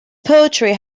poetry